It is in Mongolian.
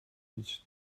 гэж